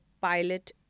pilot